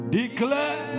declare